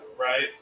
right